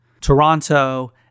Toronto